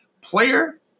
player